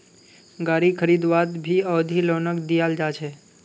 गारी खरीदवात भी अवधि लोनक दियाल जा छे